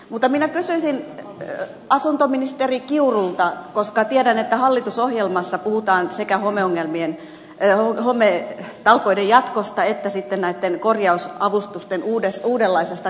mutta minä kysyisin asuntoministeri kiurulta koska tiedän että hallitusohjelmassa puhutaan sekä hometalkoiden jatkosta että sitten näitten korjausavustusten uudenlaisesta katsomisesta